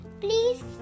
please